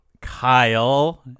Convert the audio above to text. Kyle